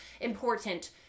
important